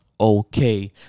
okay